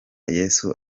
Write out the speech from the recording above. yesu